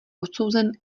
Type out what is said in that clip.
odsouzen